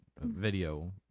video